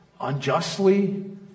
unjustly